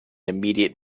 immediate